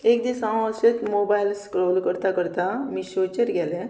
एक दीस हांव अशेंच मोबायल स्क्रोल करता करता मिशोचेर गेलें